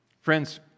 Friends